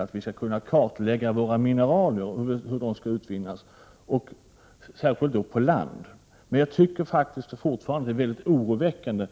av att vi skall kunna kartlägga våra mineraler och hur de skall utvinnas, särskilt då på land. Men jag tycker fortfarande att det är oroväckande